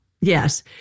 Yes